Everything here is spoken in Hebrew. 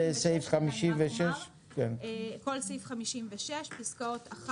כל סעיף 56 פסקאות 1